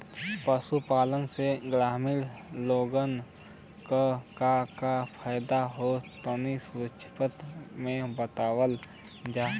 पशुपालन से ग्रामीण लोगन के का का फायदा ह तनि संक्षिप्त में बतावल जा?